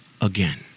again